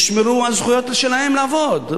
ישמרו על הזכויות שלהם בעבודה.